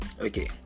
Okay